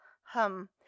hum